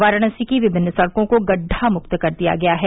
वाराणसी की विभिन्न सड़कों को गड्ढामुक्त कर दिया गया है